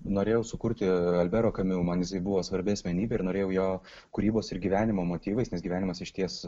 norėjau sukurti alberto kamiu man jisai buvo svarbi asmenybė ir norėjau jo kūrybos ir gyvenimo motyvais nes gyvenimas išties